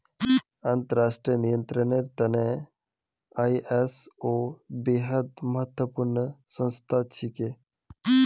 अंतर्राष्ट्रीय नियंत्रनेर त न आई.एस.ओ बेहद महत्वपूर्ण संस्था छिके